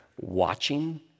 watching